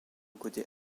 côté